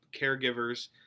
caregivers